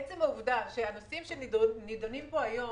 עצם העובדה שהנושאים שנידונים פה היום